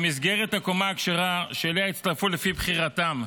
במסגרת הקומה הכשרה, שאליה הצטרפו, לפי בחירתם,